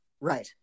Right